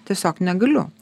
tiesiog negaliu